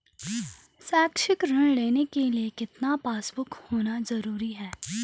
शैक्षिक ऋण लेने के लिए कितना पासबुक होना जरूरी है?